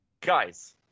Guys